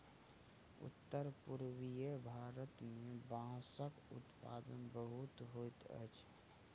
उत्तर पूर्वीय भारत मे बांसक उत्पादन बहुत होइत अछि